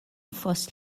fost